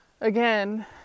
again